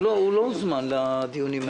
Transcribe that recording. הוא לא הוזמן לדיונים?